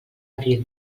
abril